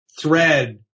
thread